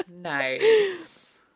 Nice